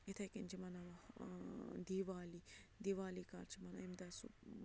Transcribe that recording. یِتھٕے کٔنۍ چھِ مَناوان دیٖوالی دیٖوالی کَر چھِ مَنان امہِ دۄہ سُہ